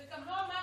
1